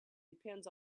depends